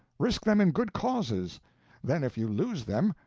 risk them in good causes then if you lose them,